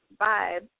vibe